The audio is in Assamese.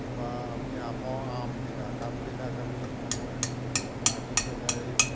বা আমি আমৰ আমবিলাক আমবিলাক আমি সময়ত আনি পেলাই